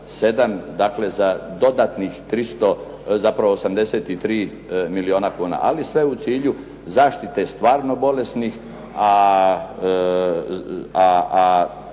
dakle za dodatnih 300 zapravo 83 milijuna kuna ali sve u cilju zaštite stvarno bolesnih